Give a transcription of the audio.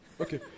Okay